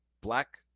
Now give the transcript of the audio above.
black